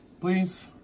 please